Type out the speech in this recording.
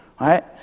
right